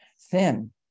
thin